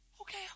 Okay